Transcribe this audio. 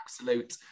absolute